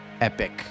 epic